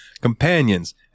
Companions